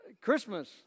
Christmas